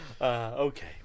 Okay